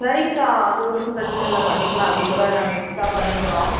சரிங்கக்கா அது ஒன்றும் பிரச்சனை இல்லை பண்ணிக்கலாம் அப்படி கூட நாங்கள் எக்ஸ்ட்ரா பண்ணிக்குறோம்